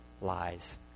lies